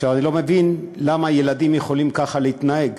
אני לא מבין למה ילדים יכולים ככה להתנהג,